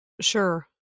Sure